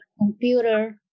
computer